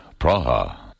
Praha